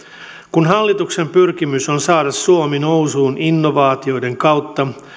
kun hallituksen pyrkimys on saada suomi nousuun innovaatioiden kautta